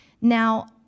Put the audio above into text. Now